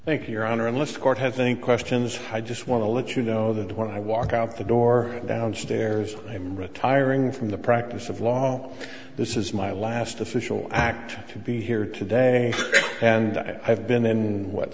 thank you your honor unless the court has think questions i just want to let you know that when i walk out the door downstairs i'm retiring from the practice of law oh this is my last official act to be here today and i've been then what